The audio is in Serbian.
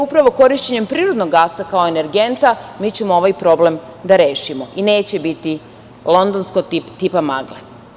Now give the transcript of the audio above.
Upravo korišćenjem prirodnog gasa kao energenta mi ćemo ovaj problem da rešimo i neće biti londonskog tipa magle.